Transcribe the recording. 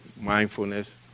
mindfulness